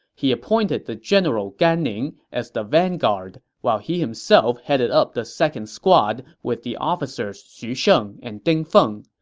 he appointed the general gan ning as the vanguard, while he himself headed up the second squad with the officers xu sheng and ding feng.